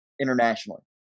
internationally